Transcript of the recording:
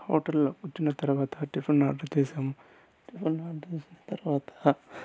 హోటల్లో కూర్చున్న తర్వాత టిఫిన్ ఆర్డర్ చేసాము టిఫిన్ ఆర్డర్ చేసిన తర్వాత